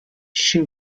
she